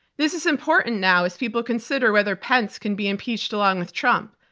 this is important now as people consider whether pence can be impeached along with trump.